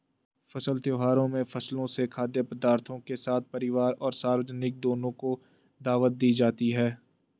फसल त्योहारों में फसलों से खाद्य पदार्थों के साथ परिवार और सार्वजनिक दोनों को दावत दी जाती है